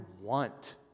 want